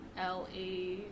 L-E